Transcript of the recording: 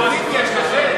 בגלל זה אתם לא בקואליציה,